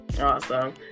Awesome